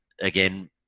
again